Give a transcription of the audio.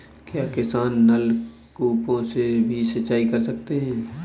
क्या किसान नल कूपों से भी सिंचाई कर सकते हैं?